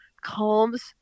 calms